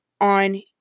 on